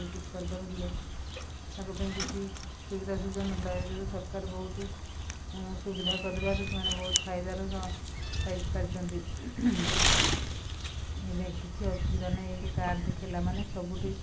କିଛି କରିପାରୁନଥିଲେ ତାଙ୍କ ପାଇଁ କିଛି ସୁବିଧା ସୁଯୋଗ ନଥିଲା ସରକାର ବହୁତ ସୁବିଧା କରିବାରୁ ସେମାନେ ବହୁତ ଫାଇଦା ପାଇପାରିଛନ୍ତି ଏବେ କିଛି ଅସୁବିଧା ନାହିଁ କାର୍ଡ଼ ଦେଖେଇଲା ମାନେ ସବୁଠି